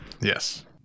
Yes